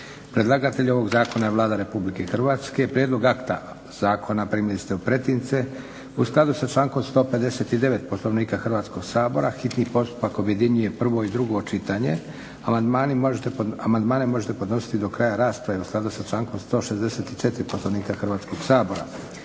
Predlagatelj ovog zakona je Vlada RH. Prijedlog akta zakona primili ste u pretince. U skladu sa člankom 159. Poslovnika Hrvatskog sabora hitni postupak objedinjuje prvo i drugo čitanje. Amandmane možete podnositi do kraja rasprave u skladu sa člankom 164. Poslovnika Hrvatskog sabora.